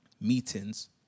meetings